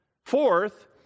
Fourth